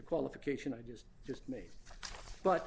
qualification i just just me but